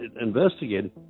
investigated